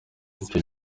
icyo